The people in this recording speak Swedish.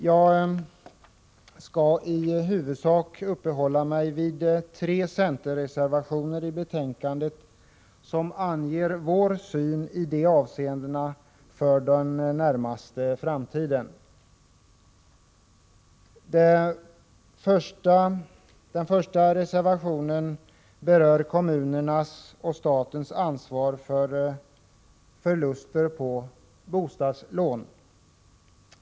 Jag skall i huvudsak uppehålla mig vid tre centerreservationer till betänkandet, som anger vår syn på den närmaste framtiden i de avseendena. Den första reservationen berör kommunernas och statens ansvar för förluster på bostadslån.